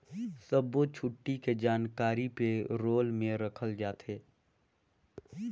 सब्बो छुट्टी के जानकारी पे रोल में रखल जाथे